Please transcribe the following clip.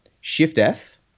Shift-F